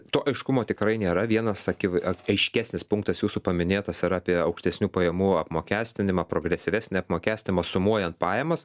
to aiškumo tikrai nėra vienas aki aiškesnis punktas jūsų paminėtas yra apie aukštesnių pajamų apmokestinimą progresyvesnį apmokestinimą sumuojant pajamas